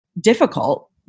difficult